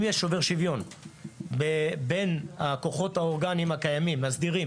אם יש שובר שוויון בין הכוחות האורגניים הסדירים